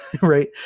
Right